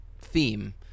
theme